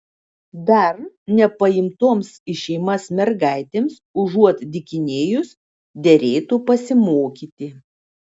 dar nepaimtoms į šeimas mergaitėms užuot dykinėjus derėtų pasimokyti